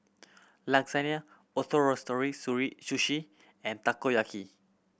Lasagne Ootoro Sushi and Takoyaki